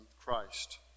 Christ